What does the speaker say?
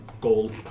gold